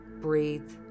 breathe